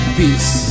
peace